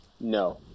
No